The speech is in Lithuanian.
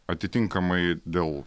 atitinkamai dėl